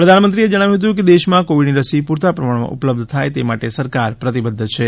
પ્રધાનમંત્રીએ જણાવ્યું હતું કે દેશમાં કોવિડની રસી પૂરતા પ્રમાણમાં ઉપલબ્ધ થાય તે માટે સરકાર પ્રતિબધ્ધ છે